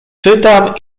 czytam